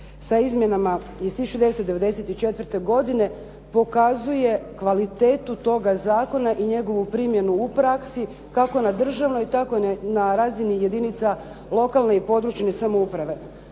sa izmjenama iz 1994. godine pokazuje kvalitetu toga zakona i njegovu primjenu u praksi, kako na državnoj, tako na razini jedinica lokalne i područne samouprave.